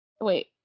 wait